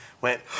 went